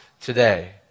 today